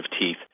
teeth